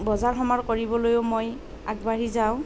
বজাৰ সমাৰ কৰিবলৈও মই আগবাঢ়ি যাওঁ